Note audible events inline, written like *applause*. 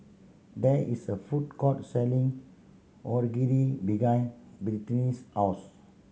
there is a food court selling Onigiri *unintelligible* Brittanie's house